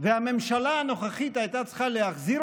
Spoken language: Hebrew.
והממשלה הנוכחית הייתה צריכה להחזיר